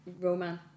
romance